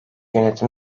yönetim